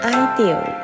ideal